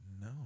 No